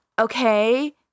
okay